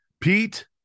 Pete